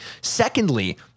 Secondly